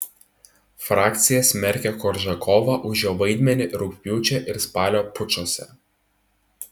frakcija smerkia koržakovą už jo vaidmenį rugpjūčio ir spalio pučuose